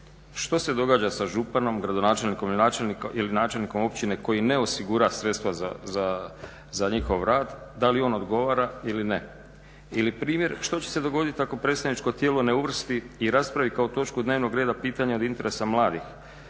Što se događa sa županom, gradonačelnikom ili načelnikom općine koji ne osigura sredstva za njihov rad, da li on odgovara ili ne? Ili primjer, što će se dogoditi ako predstavničko tijelo ne uvrsti i raspravi kao točku dnevnog reda pitanja od interesa mladih